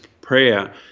prayer